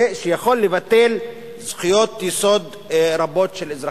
שיכול לבטל זכויות יסוד רבות של אזרחים,